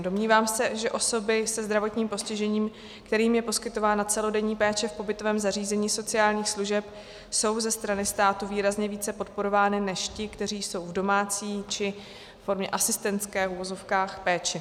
Domnívám se, že osoby se zdravotním postižením, kterým je poskytována celodenní péče v pobytovém zařízení sociálních služeb, jsou ze strany státu výrazně více podporovány než ty, které jsou v domácí či formě asistentské péči.